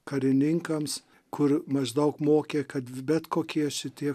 karininkams kur maždaug mokė kad bet kokie šitie